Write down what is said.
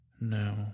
No